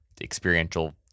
experiential